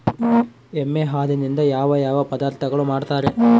ಎಮ್ಮೆ ಹಾಲಿನಿಂದ ಯಾವ ಯಾವ ಪದಾರ್ಥಗಳು ಮಾಡ್ತಾರೆ?